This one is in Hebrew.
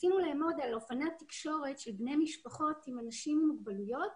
ניסינו לעמוד על אופני התקשורת של בני משפחות עם אנשים עם מוגבלויות,